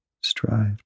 Strive